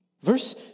Verse